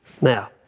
Now